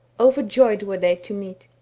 over joyed were they to meet.